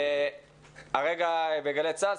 בגלי צה"ל,